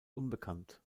unbekannt